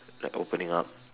like opening up